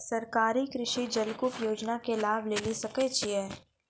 सरकारी कृषि जलकूप योजना के लाभ लेली सकै छिए?